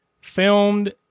filmed